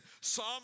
Psalm